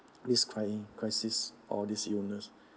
cri~ crisis or this illness